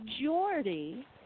majority